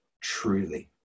truly